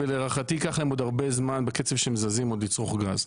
ולהערכתי ייקח להם עוד הרבה זמן בקצב שהם זזים עוד לצרוך גז.